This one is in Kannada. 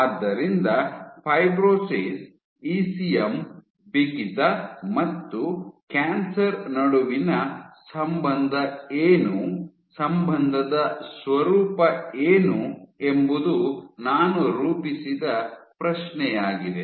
ಆದ್ದರಿಂದ ಫೈಬ್ರೋಸಿಸ್ ಇಸಿಎಂ ಬಿಗಿತ ಮತ್ತು ಕ್ಯಾನ್ಸರ್ ನಡುವಿನ ಸಂಬಂಧ ಏನು ಸಂಬಂಧದ ಸ್ವರೂಪ ಏನು ಎಂಬುದು ನಾನು ರೂಪಿಸಿದ ಪ್ರಶ್ನೆಯಾಗಿದೆ